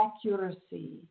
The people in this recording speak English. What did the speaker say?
accuracy